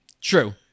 True